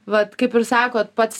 vat kaip ir sakot pats